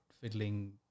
fiddling